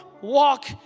walk